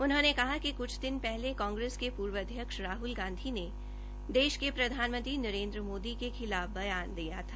उन्होंने कहा कि कुछ दिन पहले कांग्रेस के पूर्व अध्यक्ष राहुल गांधी ने देश के प्रधानमंत्री नरेन्द्र मोदी के खिलाफ बयान दिया था